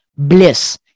Bliss